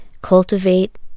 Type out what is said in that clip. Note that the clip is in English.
cultivate